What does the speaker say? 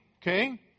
okay